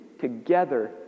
together